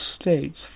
states